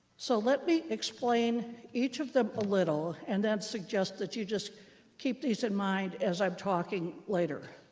so let me explain each of them a little, and then suggest that you just keep these in mind as i'm talking later.